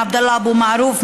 עבדאללה אבו מערוף,